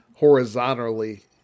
horizontally